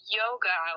yoga